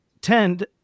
tend